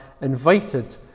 invited